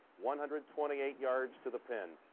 one hundred twenty-eight yards to the pin.